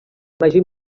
major